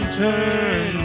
turn